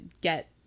get